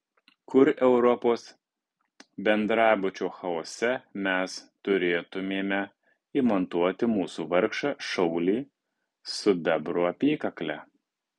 kur europos bendrabučio chaose mes turėtumėme įmontuoti mūsų vargšą šaulį su bebro apykakle